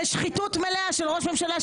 כן, במליאת הכנסת.